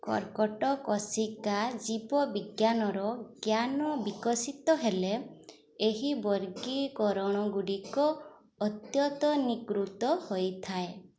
କର୍କଟ କୋଷିକା ଜୀବବିଜ୍ଞାନର ଜ୍ଞାନ ବିକଶିତ ହେଲେ ଏହି ବର୍ଗୀକରଣଗୁଡ଼ିକ ଅଦ୍ୟତନୀକୃତ ହେଇଥାଏ